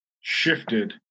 shifted